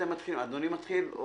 אדוני מתחיל?